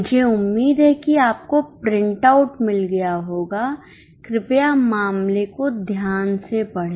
मुझे उम्मीद है कि आपको प्रिंटआउट मिल गया होगा कृपया मामले को ध्यान से पढ़ें